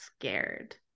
scared